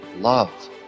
love